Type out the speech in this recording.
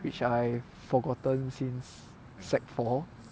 which I forgotten since secondary four